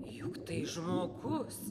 juk tai žmogus